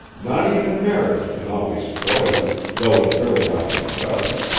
not even marriage can always spoil it, though it very often does.